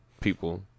people